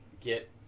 get